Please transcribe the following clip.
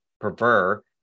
prefer